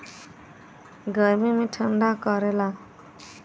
गर्मी मे ठंडा करला